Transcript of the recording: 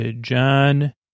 John